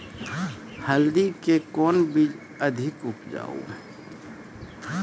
हल्दी के कौन बीज अधिक उपजाऊ?